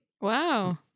Wow